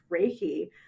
Reiki